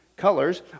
colors